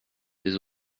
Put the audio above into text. des